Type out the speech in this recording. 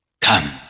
Come